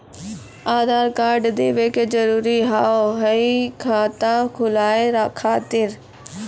आधार कार्ड देवे के जरूरी हाव हई खाता खुलाए खातिर?